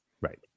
Right